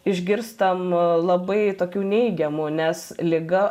išgirstam labai tokių neigiamų nes liga